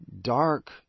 dark